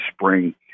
spring